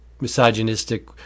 misogynistic